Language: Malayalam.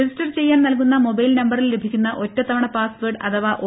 രജിസ്റ്റർ ചെയ്യാൻ നൽകുന്ന മൊബൈൽ നമ്പറിൽ ലഭിക്കുന്ന ഒറ്റു തവണ പാസ്റ്റ്വേർഡ് അഥവാ ഒ